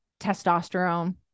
testosterone